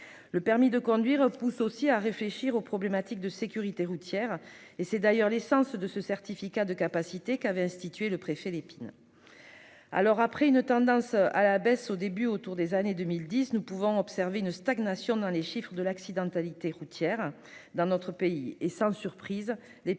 du permis de conduire nous pousse aussi à réfléchir aux problématiques de sécurité routière. C'est d'ailleurs l'essence de ce certificat de capacité qu'avait institué le préfet Lépine. Après une tendance à la baisse au début des années 2010, nous observons une stagnation des chiffres de l'accidentalité routière dans notre pays. Sans surprise, les